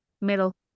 middle